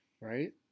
right